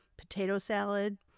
potato salad,